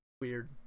weird